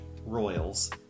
royals